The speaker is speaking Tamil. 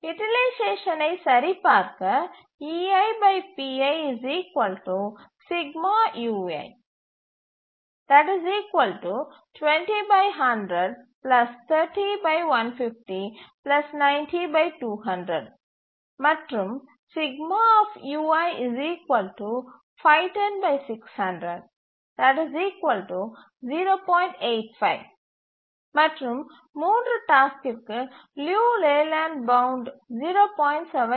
யூட்டிலைசேஷனை சரிபார்க்க மற்றும் மற்றும் 3 டாஸ்க்கிற்கு லியு லேலண்ட் பவுண்ட் 0